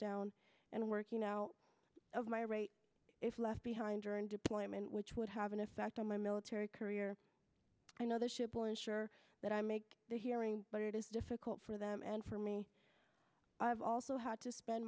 down and working out of my rate if left behind during deployment which would have an effect on my military career i know the ship will ensure that i make the hearing but it is difficult for them and for me i've also had to spend